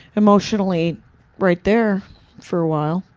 emotionally right there for awhile.